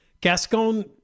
Gascon